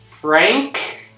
Frank